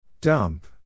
Dump